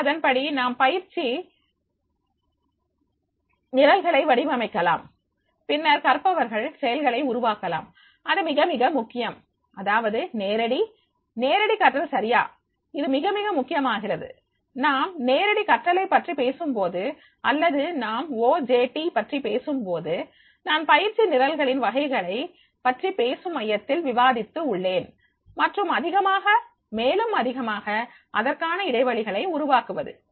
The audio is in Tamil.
மற்றும் அதன்படி நாம் பயிற்சி நிரல்களை வடிவமைக்கலாம் பின்னர் கற்பவர்கள் செயல்களை உருவாக்கலாம் இது மிக மிக முக்கியம் அதாவது நேரடி நேரடி கற்றல் சரியா இது மிக மிக முக்கியமாகிறது நாம் நேரடி கட்டளை பற்றி பேசும்போது அல்லது நாம் ஓஜேடி பற்றி பேசும்போது நான் பயிற்சி நிரல்களின் வகைகளை பற்றி பேசும் சமயத்தில் விவாதித்து உள்ளேன் மற்றும் அதிகமாக மேலும் அதிகமாக அதற்கான இடைவெளிகளை உருவாக்குவது